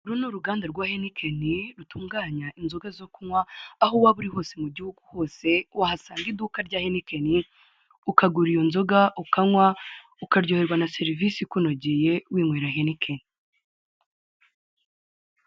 Uru ni uruganda rwa henikeni rutunganya inzoga zo kunywa aho waba uri hose mu gihugu hose wahasanga iduka rya henikeni ukagura iyo nzoga ukanywa ukaryoherwa na serivisi ikunogeye winywera henikeni.